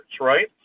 right